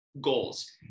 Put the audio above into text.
goals